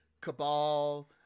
Cabal